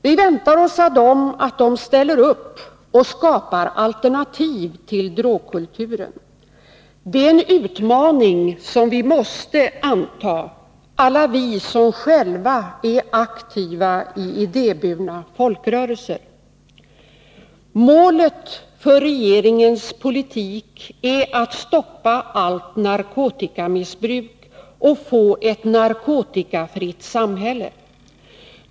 Vi väntar oss av dem att de ställer upp och skapar alternativ till drogkulturen. Det är en utmaning som vi måste anta — alla vi som själva är aktiva i idéburna folkrörelser. Målet för regeringens politik är att stoppa allt narkotikamissbruk och få ett narkotikafritt samhälle.